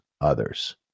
others